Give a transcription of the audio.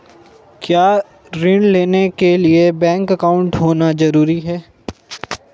क्या ऋण लेने के लिए बैंक अकाउंट होना ज़रूरी है?